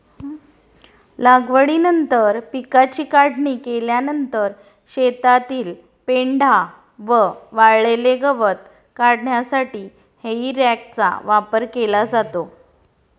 लागवडीनंतर पिकाची काढणी केल्यानंतर शेतातील पेंढा व वाळलेले गवत काढण्यासाठी हेई रॅकचा वापर केला जातो